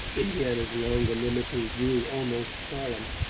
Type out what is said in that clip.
indiana's longanimity grew almost solemn.